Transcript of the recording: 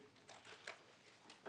ברגע שהטלת היטל אתה לא צריך את זה.